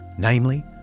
Namely